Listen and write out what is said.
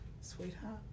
sweetheart